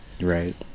Right